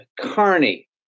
Carney